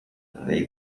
قبل